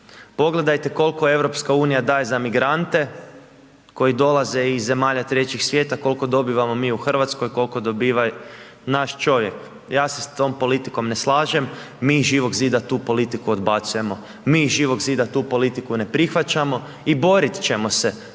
Pogledajte koliko EU daje za migrante koji dolaze iz zemalja trećeg svijeta koliko dobivamo mi u Hrvatskoj, koliko dobiva naš čovjek. Ja se s tom politikom ne slažem, mi iz Živog zida tu politiku odbacujemo, mi iz Živog zida tu politiku ne prihvaćamo i borit ćemo se